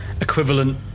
equivalent